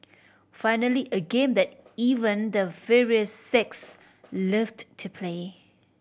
finally a game that even the fairer sex loved to play